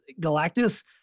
Galactus